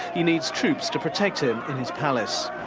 he needs troops to protect him in his palace.